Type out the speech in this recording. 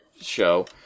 show